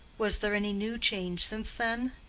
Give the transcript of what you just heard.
was there any new change since then?